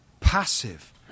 Passive